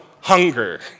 hunger